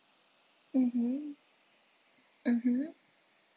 mmhmm mmhmm